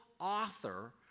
Author